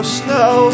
snow